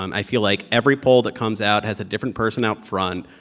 um i feel like every poll that comes out has a different person out front.